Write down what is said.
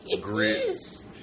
Grits